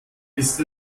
ist